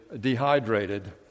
dehydrated